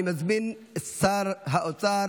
אני מזמין את שר האוצר